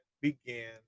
began